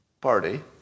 Party